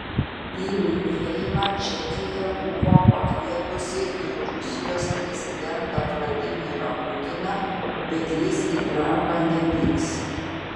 į minėjimą čekija buvo pakvietusi ir rusijos prezidentą vladimirą putiną bet jis į prahą nevyks